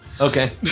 Okay